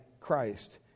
Christ